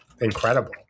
incredible